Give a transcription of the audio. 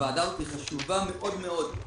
הוועדה הזאת היא חשובה מאוד מאוד.